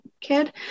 kid